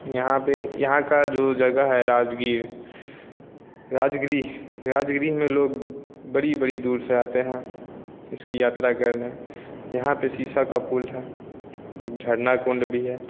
यहाँ पर यहाँ का जो जगह है राजगीर राजगिरी राजगिरी में लोग बड़ी बड़ी दूर से आते हैं इसकी यात्रा करने यहाँ पर शीशा का पुल है झरना कुंड भी है